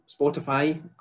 Spotify